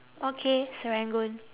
okay serangoon